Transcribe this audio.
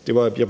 at det